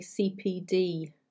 CPD